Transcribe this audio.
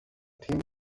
theme